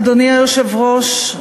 אדוני היושב-ראש,